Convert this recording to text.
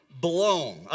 blown